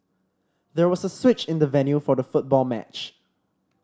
there was a switch in the venue for the football match